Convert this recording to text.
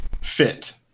Fit